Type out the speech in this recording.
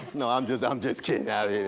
no i'm just um just kidding out